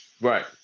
right